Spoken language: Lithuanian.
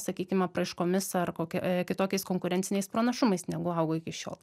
sakykim apraiškomis ar kokia kitokiais konkurenciniais pranašumais negu augo iki šiol